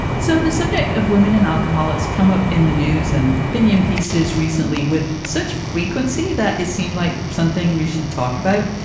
so the subject of women and alcohol, it's come up in the news and opinion pieces recently with such frequency that it seemed like something we should talk about.